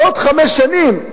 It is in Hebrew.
ובעוד חמש שנים,